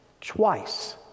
Twice